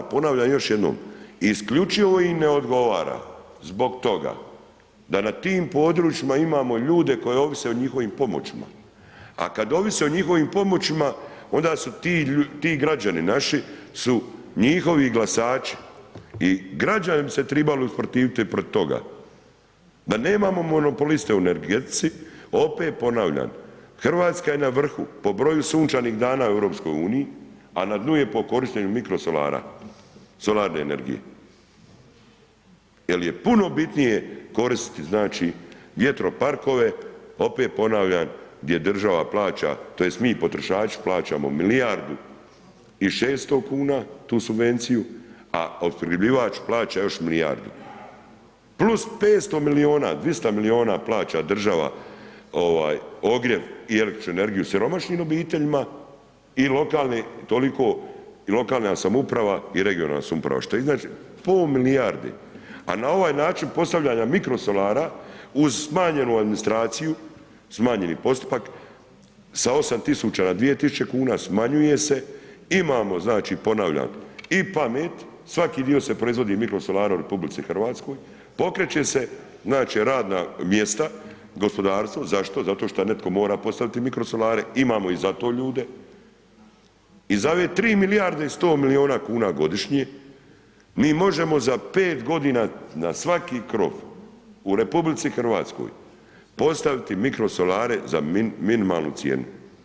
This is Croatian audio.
Ponavljam još jednom, isključivo ima ne odgovara zbog toga da na tim područjima imamo ljude koji ovise o njihovim pomoćima a kad ovise o njihovim pomoćima, onda su ti građani naši su njihovi glasači i građani bi se trebali usprotiviti protiv toga, da nemamo monopoliste u energetici, opet ponavljam Hrvatska je na vrhu po broju sunčanih dana u EU-u a na dnu je po korištenju mikrosolara, solarne energije jer je puno bitnije koristiti znači vjetroparkove, opet ponavljam gdje država plaća tj. mi potrošači plaćamo milijardu i 600 kuna, tu subvenciju a opskrbljivač plaća još milijardu plus 500 milijuna, 200 milijuna plaća država ogrjev i električnu energiju siromašnim obiteljima i lokalna samouprava i regionalna samouprava što iznosi pola milijarde a na ovaj način postavljanja mikrosolara uz smanjenju administraciju, smanjeni postupak sa 8000 na 2000 kuna, smanjuje se, imamo znači ponavljam i pamet, svaki dio se proizvodi mikrosolara u RH, pokreće se znači radna mjesta, gospodarstvo, zašto, zato što netko mora postaviti mikrosolare, imamo i za to ljude, i za ove 3 milijarde i 100 milijuna kuna godišnje, mi možemo za 5 g. na svaki krov u RH postaviti mikrosolare za minimalnu cijenu.